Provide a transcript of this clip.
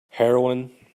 heroine